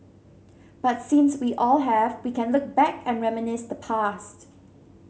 but since we all have we can look back and reminisce the past